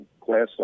class